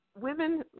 women